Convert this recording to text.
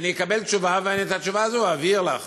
אני אקבל תשובה, ואת התשובה הזאת אני אעביר לך.